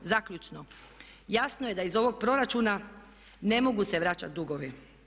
Zaključno, jasno je da iz ovog proračuna ne mogu se vraćati dugovi.